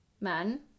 men